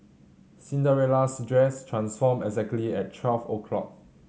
Cinderella's dress transformed exactly at twelve o'clock